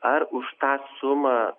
ar už tą sumą